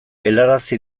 helarazi